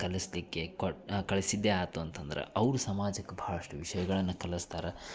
ಕಲಿಸ್ಲಿಕ್ಕೆ ಕೊಟ್ಟು ಕಳಿಸಿದ್ದೆ ಆಯ್ತು ಅಂತಂದ್ರೆ ಅವ್ರು ಸಮಾಜಕ್ಕೆ ಭಾಳಷ್ಟು ವಿಷಯಗಳನ್ನು ಕಲ್ಸ್ತಾರೆ